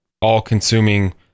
all-consuming